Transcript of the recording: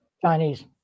Chinese